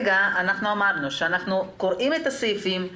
אמרנו שאנחנו קוראים את התקנות,